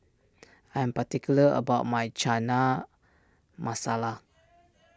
I am particular about my Chana Masala